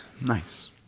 Nice